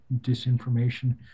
disinformation